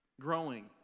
growing